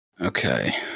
Okay